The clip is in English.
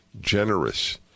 generous